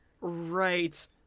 right